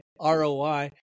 ROI